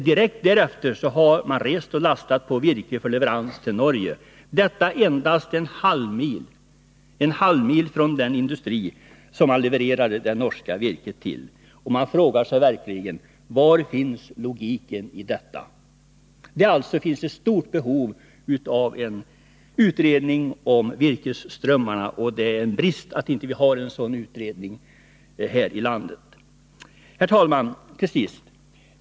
Direkt därefter har man rest och lastat på virke för leverans till Norge — detta endast en halvmil från den industri som man levererade det norska virket till. Vi frågar oss verkligen: Var finns logiken i detta? Det finns alltså ett stort behov av en utredning om virkesströmmarna, och det är en brist att vi inte har en sådan utredning här i landet. Herr talman, till sist!